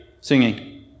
Singing